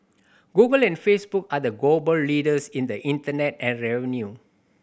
Google and Facebook are the global leaders in internet ad revenue